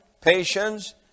patience